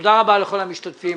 תודה רבה לכל המשתתפים.